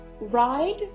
ride